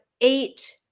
eight